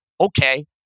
okay